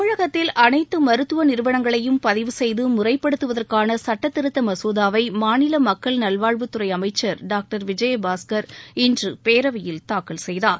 தமிழகத்தில் அனைத்து மருத்துவ நிறுவனங்களையும் பதிவு செய்து முறைப்படுத்துவதற்கான சட்டத்திருத்த மசோதாவை மாநில மக்கள் நல்வாழ்வுத்துறை அமைச்சர் டாக்டர் விஜயபாஸ்கர் இன்று பேரவையில் தாக்கல் செய்தார்